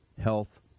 health